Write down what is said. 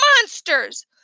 Monsters